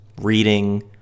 reading